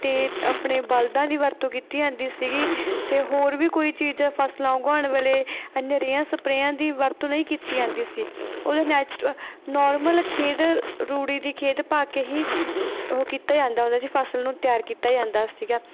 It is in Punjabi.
ਅਤੇ ਆਪਣੇ ਬਲਦਾਂ ਦੀ ਵਰਤੋਂ ਕੀਤੀ ਜਾਂਦੀ ਸੀਗੀ ਅਤੇ ਹੋਰ ਵੀ ਕੋਈ ਚੀਜ਼ ਫਸਲਾਂ ਉਗਾਉਣ ਵੇਲੇ ਐਨੇ ਰਿਆਂ ਸਪਰਿਆਂ ਦੀ ਵਰਤੋਂ ਨਹੀਂ ਕੀਤੀ ਜਾਂਦੀ ਸੀ ਉਦੋਂ ਨੈਚੁਰ ਨੋਰਮਲ ਖਾਦ ਰੂੜੀ ਦੀ ਖਾਦ ਪਾ ਕੇ ਹੀ ਉਹ ਕੀਤਾ ਜਾਂਦਾ ਉਹਦਾ ਜੀ ਫਸਲ ਨੂੰ ਤਿਆਰ ਕੀਤਾ ਜਾਂਦਾ ਸੀਗਾ